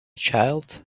child